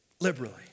Liberally